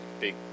big